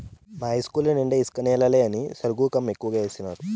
మా ఇస్కూలు నిండా ఇసుక నేలని సరుగుకం ఎక్కువగా వేసినారు